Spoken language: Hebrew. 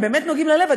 הם באמת נוגעים ללב,